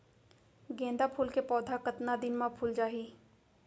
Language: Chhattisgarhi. गेंदा फूल के पौधा कतका दिन मा फुल जाही?